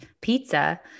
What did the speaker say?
pizza